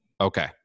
okay